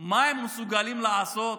מה הם מסוגלים לעשות,